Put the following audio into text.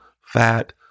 fat